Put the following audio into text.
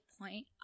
point